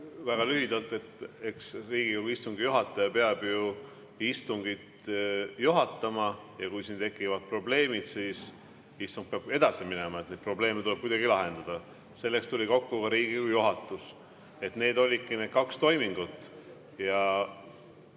Väga lühidalt: eks Riigikogu istungi juhataja peab ju istungit juhatama ja kui tekivad probleemid, siis istung peab edasi minema, need probleemid tuleb kuidagi lahendada. Selleks tuli kokku Riigikogu juhatus. Need olidki need kaks toimingut.